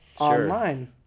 online